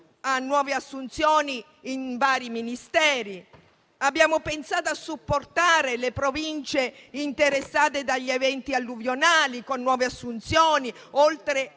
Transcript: a nuove assunzioni in vari Ministeri; abbiamo pensato a supportare le Province interessate dagli eventi alluvionali con nuove assunzioni, oltre